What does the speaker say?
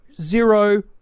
zero